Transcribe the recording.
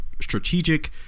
strategic